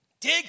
Dig